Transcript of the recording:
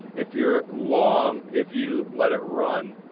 if you're long, if you let it run,